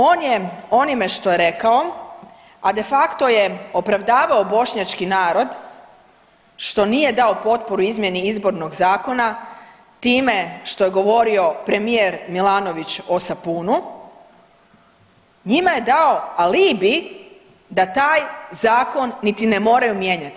On je onime što je rekao, a de facto je opravdavao bošnjački narod što nije dao potporu izmjeni izbornog zakona time što je govorio premijer Milanović o sapunu, njima je dao alibi da taj zakon niti ne moraju mijenjati.